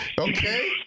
okay